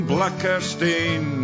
Blackerstein